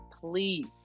Please